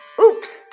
Oops